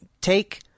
take